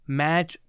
match